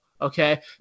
Okay